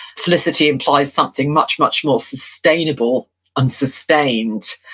felicity implies something much, much more sustainable and sustained.